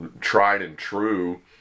tried-and-true